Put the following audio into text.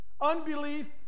unbelief